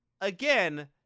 Again